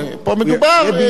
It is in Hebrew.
פה מדובר איך שיהיו הלחצים,